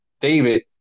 David